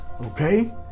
okay